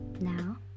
Now